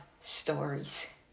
stories